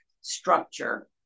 structure